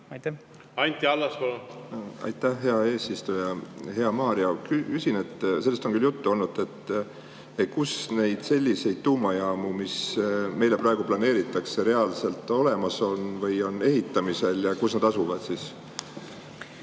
ära. Anti Allas, palun! Aitäh, hea eesistuja! Hea Mario! Küsin – sellest on küll juttu olnud –, et kus selliseid tuumajaamu, mis meile praegu planeeritakse, reaalselt olemas on või on ehitamisel. Kus nad asuvad?